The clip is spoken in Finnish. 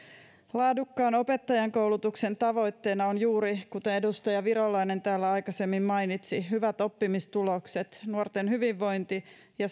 laadukkaan opettajankoulutuksen tavoitteena ovat juuri kuten edustaja virolainen täällä aikaisemmin mainitsi hyvät oppimistulokset nuorten hyvinvointi ja